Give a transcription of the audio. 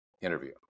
interview